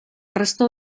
resto